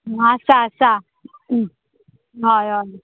आसा आसा हय हय